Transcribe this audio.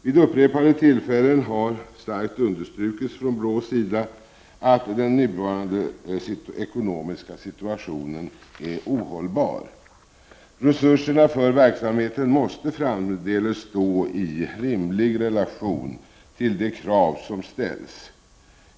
Vid upprepade tillfällen har från BRÅ:s sida starkt understrukits att nuvarande ekonomiska situation är ohållbar. Resurserna för verksamheten måste framdeles stå i rimlig relation till de krav som ställs.